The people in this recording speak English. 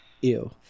Ew